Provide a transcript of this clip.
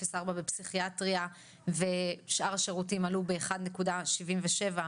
בפסיכיאטריה ושאר השירותים עלו ב-1.77%,